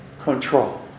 control